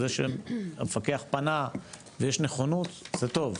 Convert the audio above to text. זה שהמפקח פנה ויש נכונות, זה טוב.